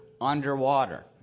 underwater